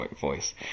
voice